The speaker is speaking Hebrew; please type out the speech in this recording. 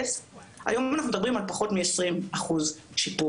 היום אנחנו מדברים על פחות מ-20% שיפור.